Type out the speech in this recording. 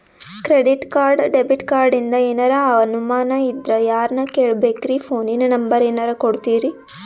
Credit card, debit ಕಾರ್ಡಿಂದ ಏನರ ಅನಮಾನ ಇದ್ರ ಯಾರನ್ ಕೇಳಬೇಕ್ರೀ, ಫೋನಿನ ನಂಬರ ಏನರ ಕೊಡ್ತೀರಿ?